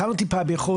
בבקשה,